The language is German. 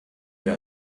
wir